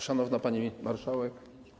Szanowna Pani Marszałek!